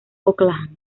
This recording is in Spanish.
oakland